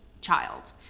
child